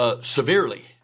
Severely